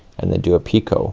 and then do a picot.